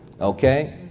okay